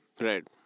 right